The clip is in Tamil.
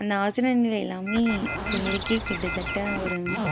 அந்த ஆசன நிலை எல்லாம் செய்யறதுக்கே கிட்டத்தட்ட ஒரு